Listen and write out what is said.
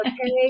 okay